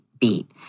beat